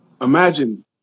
imagine